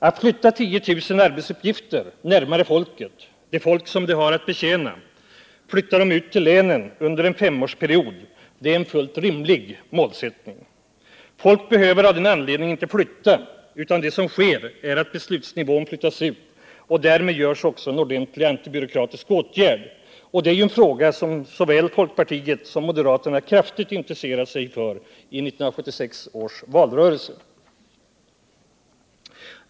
Att flytta 10 000 arbetsuppgifter närmare folket, det folk som verken har att betjäna, flytta dem ut till länen under en femårsperiod är en fullt rimlig målsättning. Folk behöver av den anledningen inte flytta, utan det som sker är att beslutsnivån flyttas ut. Därmed vidtas också en ordentlig antibyråkratisk åtgärd, något som såväl folkpartiet som moderaterna kraftigt intresserade sig för i 1976 års valrörelse.